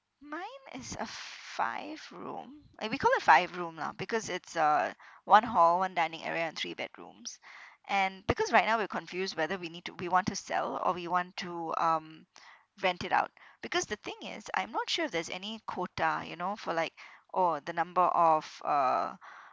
mine is a five room and we call it five room lah because it's uh one hall one dining area and three bedrooms and because right now we're confused whether we need to we want to sell or we want to um rent it out because the thing is I'm not sure if there's any quota you know for like oh the number of uh